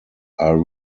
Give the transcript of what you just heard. are